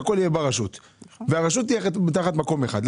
שהכול יהיה ברשות והרשות תהיה תחת מקום אחד.